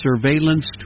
surveillance